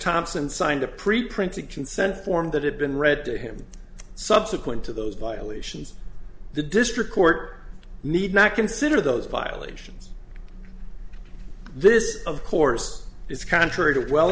thompson signed a preprinted consent form that had been read to him subsequent to those violations the district court need not consider those violations this of course is contrary to